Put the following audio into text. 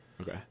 Okay